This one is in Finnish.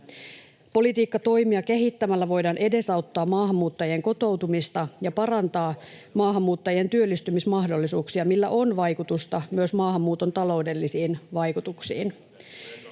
Politiikkatoimia kehittämällä voidaan edesauttaa maahanmuuttajien kotoutumista ja parantaa maahanmuuttajien työllistymismahdollisuuksia, millä on vaikutusta myös maahanmuuton taloudellisiin vaikutuksiin.